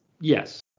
Yes